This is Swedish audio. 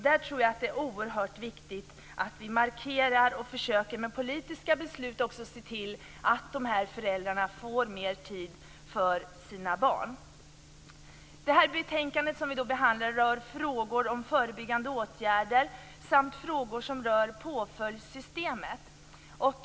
Där tror jag att det är oerhört viktigt att vi markerar och med politiska beslut försöker se till att dessa föräldrar får mer tid för sina barn. Det betänkande vi behandlar rör frågor om förebyggande åtgärder samt frågor om påföljdssystemet.